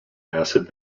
acid